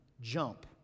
jump